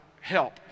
help